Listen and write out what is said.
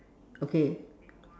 okay